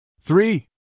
Three